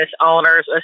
owners